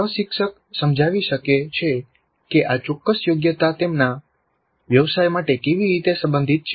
પ્રશિક્ષક સમજાવી શકે છે કે આ ચોક્કસ યોગ્યતા તેમના વ્યવસાય માટે કેવી રીતે સંબંધિત છે